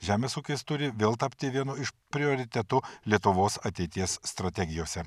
žemės ūkis turi vėl tapti vienu iš prioritetų lietuvos ateities strategijose